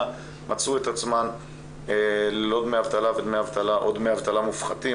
מצאו את עצמן ללא דמי אבטלה או עם דמי אבטלה מופחתים.